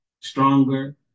stronger